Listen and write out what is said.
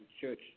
Church